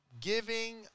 giving